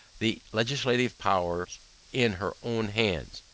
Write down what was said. the legislative powers in her own hands.